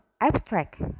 abstract